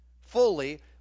fully